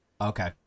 okay